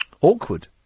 awkward